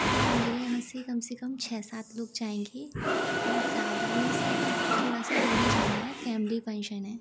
sir मेरे यहाँ से कम से कम छः सात लोग जाएंगे और ज़्यादा नहीं सर जो थोड़ा सा दूर ही जाना है फैमिली फंक्शन है